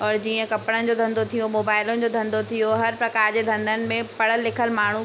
और जीअं कपिड़नि जो धंधो थी वियो मोबाइलनि जो धंधो थी वियो हर प्रकार जे धंधनि में पढ़ियलु लिखियलु माण्हू